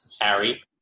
Harry